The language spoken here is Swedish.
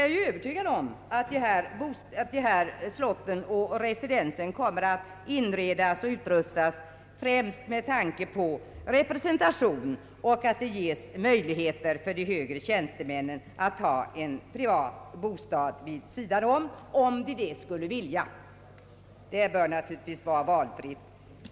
Jag är övertygad om att slott och residens i framtiden kommer att inredas och utrustas främst med tanke på representation och att det ges möjlighet för de högre tjänstemännen att ha en privat bostad vid sidan, om de så skulle vilja. Det bör naturligtvis vara valfritt.